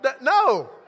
no